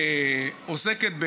עוסקת,